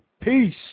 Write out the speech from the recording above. Peace